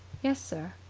yes, sir.